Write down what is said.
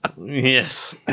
Yes